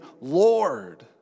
Lord